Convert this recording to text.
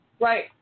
Right